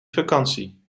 vakantie